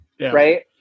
Right